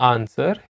Answer